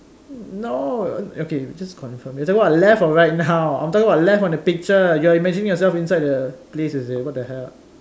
no o~ okay just confirm you're talking about left or right now I'm talking about left on the picture you're imagining yourself inside the place is it what the hell